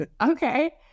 okay